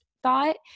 thought